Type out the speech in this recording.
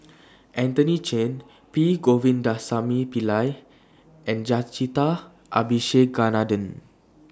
Anthony Chen P Govindasamy Pillai and Jacintha Abisheganaden